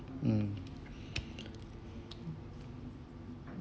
mm